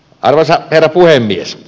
arvoisa herra puhemies